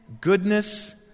goodness